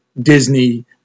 Disney